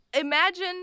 Imagine